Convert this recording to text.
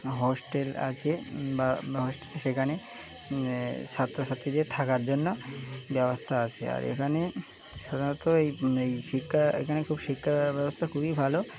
hostel আছে বা hostel সেখানে ছাত্রছাত্রীদের থাকার জন্য ব্যবস্থা আছে আর এখানে সাধারণত এই এই শিক্ষা এখানে খুব শিক্ষা ব্যবস্থা খুবই ভালো